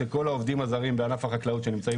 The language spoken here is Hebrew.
שכל העובדים הזרים בענף החקלאות שנמצאים